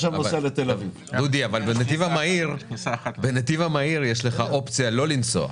אבל בנתיב המהיר יש לך אופציה לא לנסוע.